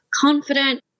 confident